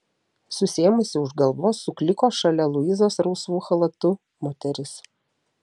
susiėmusi už galvos sukliko šalia luizos rausvu chalatu moteris